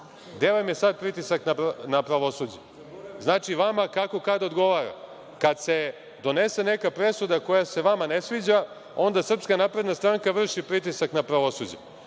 vam je sad pritisak na pravosuđe? Znači, vama kako kad odgovara. Kad se donese neka presuda koja se vama ne sviđa, onda SNS vrši pritisak na pravosuđe.